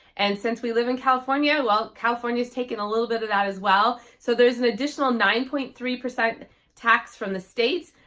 and since we live in california, well california is taken a little bit of that as well. so there's an additional nine point three tax from the state,